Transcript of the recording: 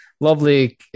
Lovely